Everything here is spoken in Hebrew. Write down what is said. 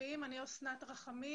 אסנת רחמים,